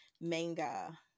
manga